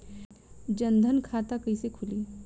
जनधन खाता कइसे खुली?